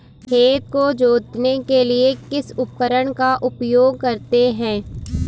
खेत को जोतने के लिए किस उपकरण का उपयोग करते हैं?